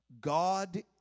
God